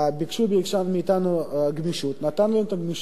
ביקשו מאתנו גמישות, נתנו את הגמישות.